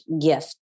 gift